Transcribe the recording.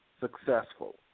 successful